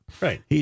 Right